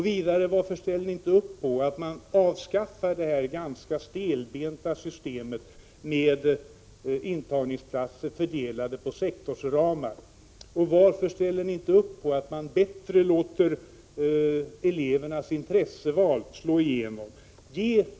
Varför ställer ni er vidare inte bakom ett avskaffande av det stelbenta systemet med intagningsplatser fördelade på sektorsramar? Varför vill ni inte heller gå med på att elevernas intresseinriktning skall få slå igenom bättre än vad som nu är fallet?